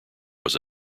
was